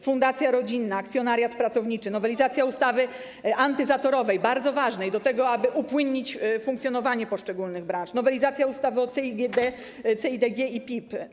Fundacja rodzinna, akcjonariat pracowniczy, nowelizacja ustawy antyzatorowej, bardzo ważnej, aby upłynnić funkcjonowanie poszczególnych branż, nowelizacja ustawy o CEIDG i PIP.